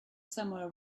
somewhere